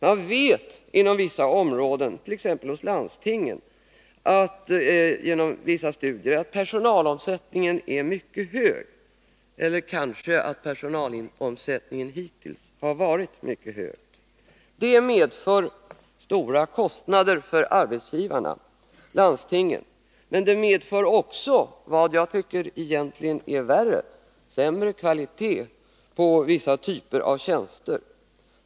Man vet inom vissa områden, t.ex. landstingen, genom studier, att personalomsättningen är mycket hög eller kanske att personalomsättningen hittills har varit mycket hög. Detta medför stora kostnader för arbetsgivaren, landstinget, men det medför också — vad jag tycker egentligen är värre — sämre kvalitet på vissa typer av tjänster.